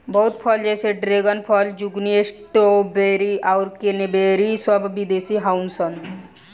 बहुत फल जैसे ड्रेगन फल, ज़ुकूनी, स्ट्रॉबेरी आउर क्रेन्बेरी सब विदेशी हाउअन सा